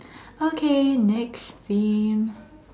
okay next theme